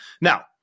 Now